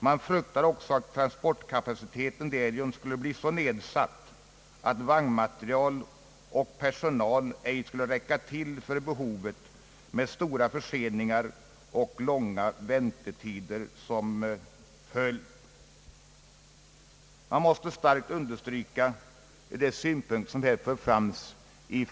Man fruktar också att transportkapaciteten därigenom skulle bli så nedsatt att vagnmateriel och personal ej skulle räcka till för behovet med stora förseningar och långa väntetider som följd.» Jag vill starkt understryka de synpunkter, som sålunda förts fram av expertisen.